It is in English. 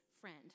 friend